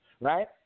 right